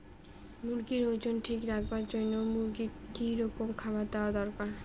মুরগির ওজন ঠিক রাখবার জইন্যে মূর্গিক কি রকম খাবার দেওয়া দরকার?